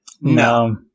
No